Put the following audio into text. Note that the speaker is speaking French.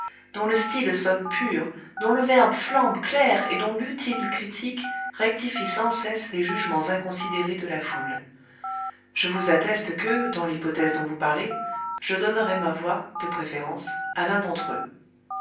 dont le style sonne pur dont le verbe flambe clair et dont l'utile critique rectifie sans cesse les jugements inconsidérés de la foule je vous atteste que dans l'hypothèse dont vous parlez je donnerais ma voix de préférence à l'un d'entre eux